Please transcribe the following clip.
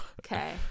Okay